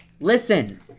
Listen